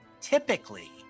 typically